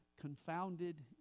confounded